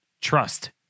Trust